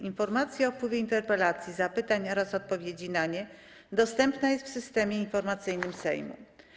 Informacja o wpływie interpelacji, zapytań oraz odpowiedzi na nie dostępna jest w Systemie Informacyjnym Sejmu.